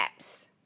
apps